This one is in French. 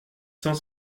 cent